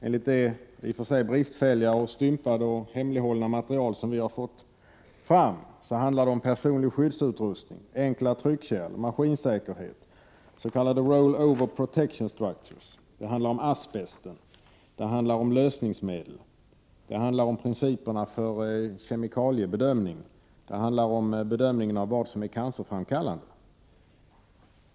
Enligt det i och för sig bristfälliga, stympade och hemlighållna material som har tagits fram handlar det om personlig skyddsutrustning, enkla tryckkärl, maskinsäkerhet, s.k. roll over protection structures, asbest, lösningsmedel, principerna för kemikaliebedömning och bedömningen av vad som är cancerframkallande.